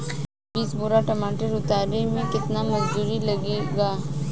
बीस बोरी टमाटर उतारे मे केतना मजदुरी लगेगा?